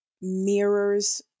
mirrors